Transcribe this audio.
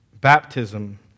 Baptism